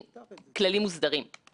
יואב קיש,